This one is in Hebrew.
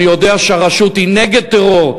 אני יודע שהרשות היא נגד טרור.